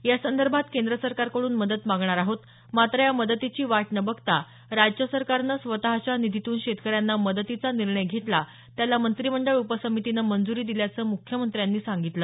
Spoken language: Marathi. या संदर्भात केंद्र सरकारकडून मदत मागणार आहोत मात्र या मदतीची वाट न बघता राज्य सरकारनं स्वतःच्या निधीतून शेतकऱ्यांना मदतीचा निर्णय घेतला त्याला मंत्रिमंडळ उपसमितीनं मंजूरी दिल्याचं मुख्यमंत्र्यांनी सांगितलं